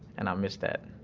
and i miss that.